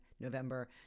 November